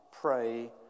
pray